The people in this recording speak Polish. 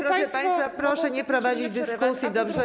Proszę państwa, proszę nie prowadzić dyskusji, dobrze?